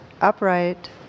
upright